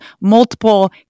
multiple